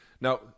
Now